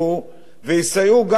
ויסייעו גם בנושאים